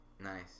Nice